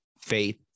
faith